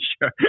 sure